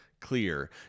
clear